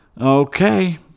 Okay